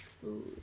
food